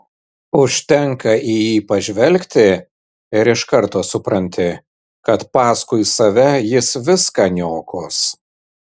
užtenka į jį pažvelgti ir iš karto supranti kad paskui save jis viską niokos